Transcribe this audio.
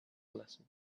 blessing